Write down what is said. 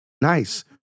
nice